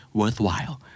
worthwhile